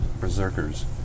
berserkers